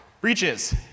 Breaches